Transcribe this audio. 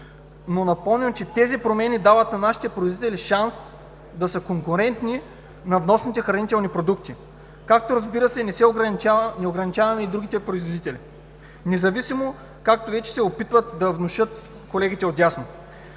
но напомням, че промените дават на нашите производители шанс да са конкурентни на вносните хранителни продукти, както, разбира се, не ограничаваме и другите производители, независимо, както вече се опитват да внушат колегите отдясно.